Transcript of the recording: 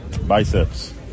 Biceps